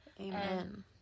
Amen